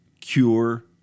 cure